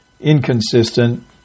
inconsistent